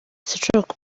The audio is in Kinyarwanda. sinshobora